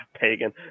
Pagan